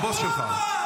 הבוס שלך.